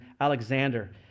Alexander